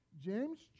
James